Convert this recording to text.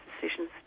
decisions